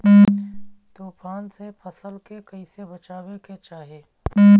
तुफान से फसल के कइसे बचावे के चाहीं?